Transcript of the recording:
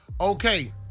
Okay